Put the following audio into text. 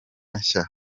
nshya